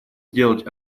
сделать